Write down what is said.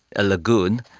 a lagoon,